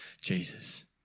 Jesus